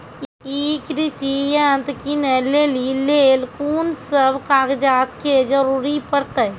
ई कृषि यंत्र किनै लेली लेल कून सब कागजात के जरूरी परतै?